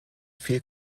viel